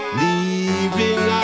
leaving